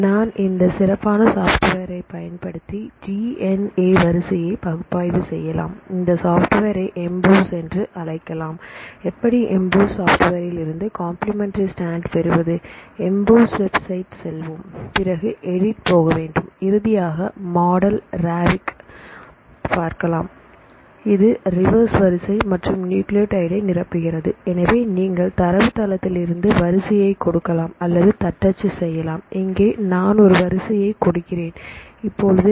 நான் இந்த சிறப்பான சாஃப்ட்வேர் பயன்படுத்தி டி என் ஏ வரிசையை பகுப்பாய்வு செய்யலாம் இந்த சாப்ட்வேரை எம்போஸ் என்று அழைக்கிறோம் எப்படி எம்போஸ் சாப்ட்வேரில் இருந்து கம்பிளிமெண்டரி ஸ்டாண்ட் பெறுவது எம்போஸ் வெப்சைட் செல்வோம் பிறகு எடிட் போகவேண்டும் இறுதியாக மாடல் ரேவீக் பார்க்கலாம் இது ரிவர்ஸ் வரிசை மற்றும் நியூக்ளியோடைடு நிரப்புகிறது எனவே நீங்கள் தரவுத்தளத்தில் இருந்து வரிசையை கொடுக்கலாம் அல்லது இங்கே ஒரு பைலை தேர்வு செய்யலாம் உங்கள் பைல் உங்கள் கணினியில் இருந்தால் நீங்கள் ஒரு வரிசையை கொடுக்கலாம் அல்லது தட்டச்சு செய்யலாம் இங்கே நான் ஒரு வரிசையை கொடுக்கிறேன்